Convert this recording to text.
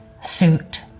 suit